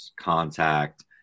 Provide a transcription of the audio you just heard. contact